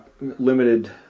limited